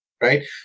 right